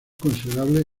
considerable